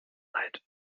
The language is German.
leid